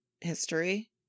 history